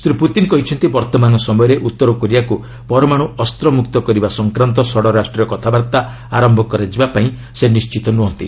Shri Putin କହିଛନ୍ତି ବର୍ତ୍ତମାନ ସମୟରେ ଉତ୍ତର କୋରିଆକୁ ପରମାଣୁ ଅସ୍ତ ମୁକ୍ତ କରିବା ସଂକ୍ରାନ୍ତ ଷଡ଼ରାଷ୍ଟ୍ରୀୟ କଥାବାର୍ତ୍ତା ଆରନ୍ଭ ପାଇଁ ସେ ନିଣ୍ଚିତ ନୁହଁନ୍ତି